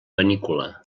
panícula